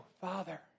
Father